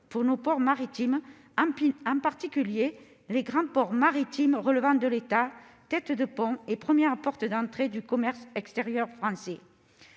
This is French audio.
pour nos ports maritimes, en particulier les grands ports maritimes relevant de l'État, têtes de pont et premières portes d'entrée du commerce extérieur français